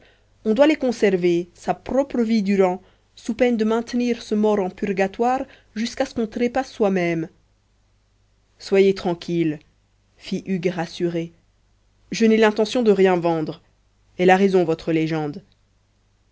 on doit les conserver sa propre vie durant sous peine de maintenir ce mort en purgatoire jusqu'à ce qu'on trépasse soi-même soyez tranquille fit hugues rassuré je n'ai l'intention de rien vendre elle a raison votre légende